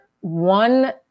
one